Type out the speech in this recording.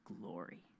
glory